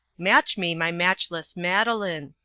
match me my matchless madeline.